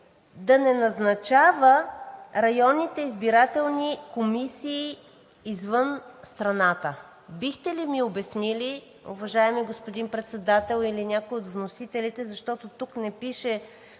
да не назначава районните избирателни комисии извън страната. Бихте ли ми обяснили, уважаеми господин Председател, или някой от вносителите, защото тук не пише